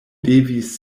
devis